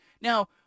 Now